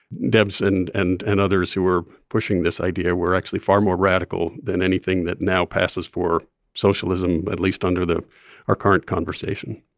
debs and and and others who were pushing this idea were actually far more radical than anything that now passes for socialism, at least under the our current conversation